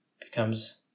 becomes